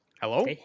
Hello